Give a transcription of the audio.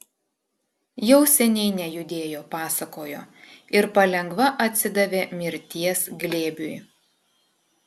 jau seniai nejudėjo pasakojo ir palengva atsidavė mirties glėbiui